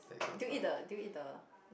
did you eat the did you eat the